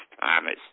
Thomas